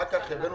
אחר כך הבאנו